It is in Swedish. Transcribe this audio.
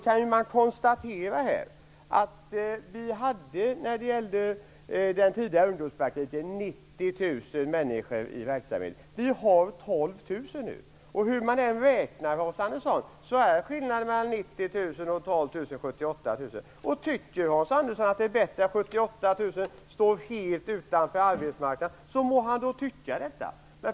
Man kan konstatera att 90 000 människor var i verksamhet i den tidigare ungdomspraktiken. Nu är det 12 000. Hur man än räknar blir skillnaden mellan 90 000 Om Hans Andersson tycker att det är bättre att 78 000 ungdomar står helt utanför arbetsmarknaden så må han väl tycka det.